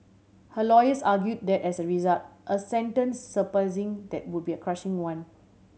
her lawyers argued that as a result a sentence surpassing that would be a crushing one